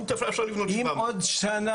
היום אפשר לבנות 700. אם עוד שנה,